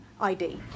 ID